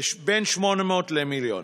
זה בין 800,000 למיליון.